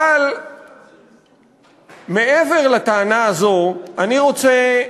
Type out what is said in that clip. אבל מעבר לטענה הזאת אני רוצה,